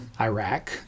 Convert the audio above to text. Iraq